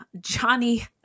Johnny